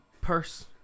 purse